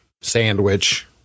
sandwich